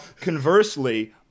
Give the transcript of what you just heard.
conversely